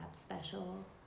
special